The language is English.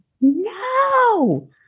no